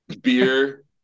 beer